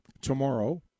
tomorrow